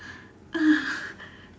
ugh